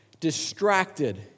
distracted